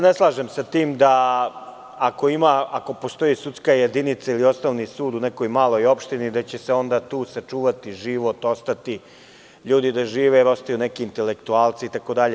Ne slažem se sa tim da ako postoji sudska jedinica ili osnovni sud u nekoj maloj opštini da će se onda tu sačuvati život, ostati ljudi da žive jer ostaju neki intelektualci itd.